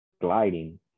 gliding